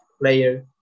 player